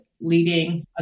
leading